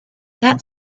that